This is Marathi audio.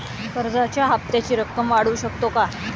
कर्जाच्या हप्त्याची रक्कम वाढवू शकतो का?